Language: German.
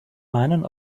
meinen